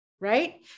right